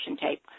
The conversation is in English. tape